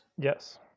Yes